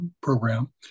program